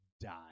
Die